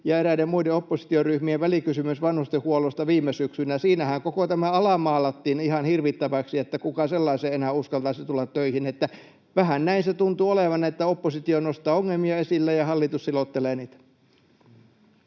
ja eräiden muiden oppositioryhmien välikysymys vanhustenhuollosta viime syksynä. Siinähän koko tämä ala maalattiin ihan hirvittäväksi, että kuka sellaiseen enää uskaltaisi tulla töihin. Vähän näin se tuntuu olevan, että oppositio nostaa ongelmia esille ja hallitus silottelee niitä.